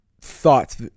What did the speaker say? thoughts